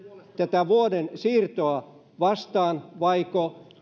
tätä vuoden siirtoa vastaan vaiko